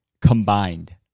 combined